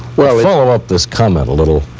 follow up this comment a little.